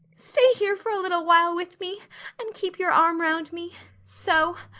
stay here for a little while with me and keep your arm round me so.